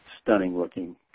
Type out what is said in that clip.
stunning-looking